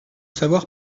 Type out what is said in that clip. savoir